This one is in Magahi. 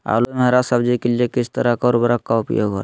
आलू एवं हरा सब्जी के लिए किस तरह का उर्वरक का उपयोग होला?